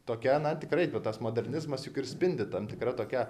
tokia na tikrai tas modernizmas juk ir spindi tam tikra tokia